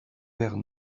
vers